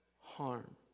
harm